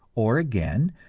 or again,